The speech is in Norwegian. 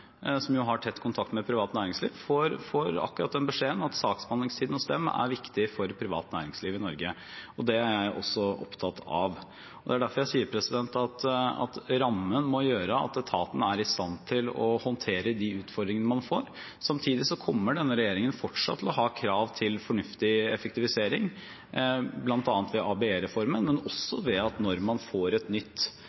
har tett kontakt med privat næringsliv, får akkurat den beskjeden, at saksbehandlingstiden hos dem er viktig for privat næringsliv i Norge. Det er jeg også opptatt av. Det er derfor jeg sier at rammen må gjøre at etaten er i stand til å håndtere de utfordringene man får. Samtidig kommer denne regjeringen fortsatt til å ha krav til fornuftig effektivisering, bl.a. ved ABE-reformen, men